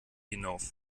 hinauf